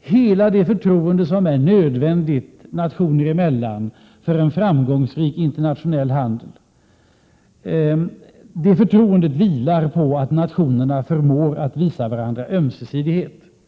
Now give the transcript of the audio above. Hela det förtroende som är nödvändigt nationer emellan för en framgångsrik internationell handel vilar på att nationerna förmår att visa varandra ett ömsesidigt förtroende.